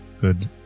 good